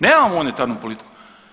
Nemamo monetarnu politiku.